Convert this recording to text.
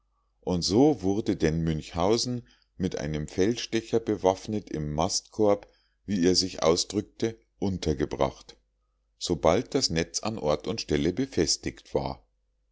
und so wurde denn münchhausen mit einem feldstecher bewaffnet im mastkorb wie er sich ausdrückte untergebracht sobald das netz an ort und stelle befestigt war